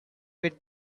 with